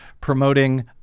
promoting